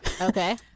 Okay